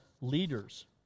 leaders